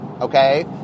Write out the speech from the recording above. okay